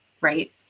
right